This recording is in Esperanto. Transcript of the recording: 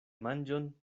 manĝon